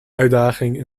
uitdaging